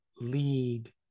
lead